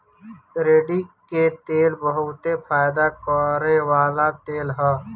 रेड़ी के तेल बहुते फयदा करेवाला तेल ह